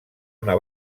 una